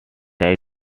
titans